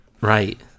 Right